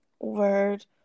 word